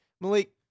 Malik